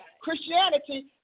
Christianity